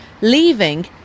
leaving